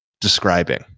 describing